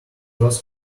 was